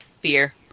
Beer